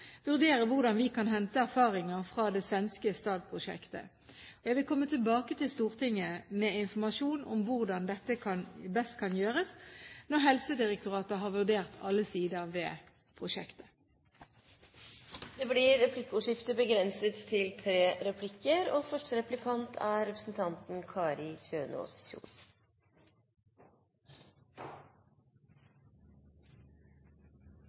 vurdere hvordan vi kan hente erfaringer fra det svenske STAD-prosjektet. Jeg vil komme tilbake til Stortinget med informasjon om hvordan dette best kan gjøres, når Helsedirektoratet har vurdert alle sider ved prosjektet. Det blir replikkordskifte. I mitt innlegg var jeg innom Grans Bryggeris VM-øl, og Svein Flåtten fra Høyre har tidligere sendt et skriftlig spørsmål til